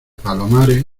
palomares